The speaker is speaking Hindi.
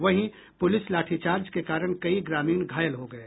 वहीं पुलिस लाठीचार्ज के कारण कई ग्रामीण घायल हो गये